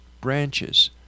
branches